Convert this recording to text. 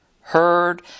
heard